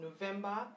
November